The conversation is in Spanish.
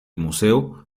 museo